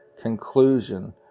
Conclusion